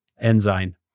Enzyme